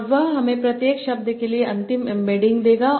और वह हमें प्रत्येक शब्द के लिए अंतिम एम्बेडिंग देगा